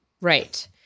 right